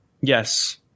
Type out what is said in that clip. Yes